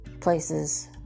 places